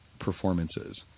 performances